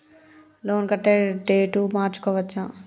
Loan కట్టే date మార్చుకోవచ్చా?